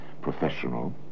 professional